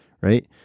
right